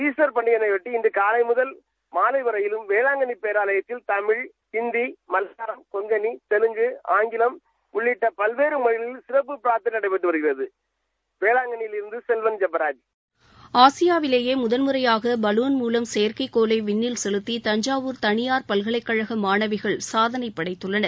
Easter பண்டிகையெயாட்டி இன்று னலை ஆறு மனி முதல் மாலை ஆறு மனிவரை வேளாங்கன்னி பேராலயத்தில் தமிழ் மலையாளம் னெங்களி ஆங்கிலம் இந்தி உள்ளிட்ட பல்வேறு மொழிகளில் சிரப்பு பிரார்த்தனை நடைபெற்று வருகிறது வேளாங்கண்ணியிலிருந்து செல்வன் ஜெபராஜ் ஆசியாவிலேயே முதன் முறையாக பலூன் மூலம் செயற்கைக் கோளை விண்ணில் செலுத்தி தஞ்சாவூர் தனியார் பல்கலைக்கழக மாணவிகள் சாதனை படைத்துள்ளனர்